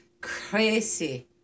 crazy